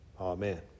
Amen